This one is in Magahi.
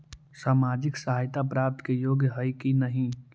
सामाजिक सहायता प्राप्त के योग्य हई कि नहीं?